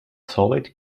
solid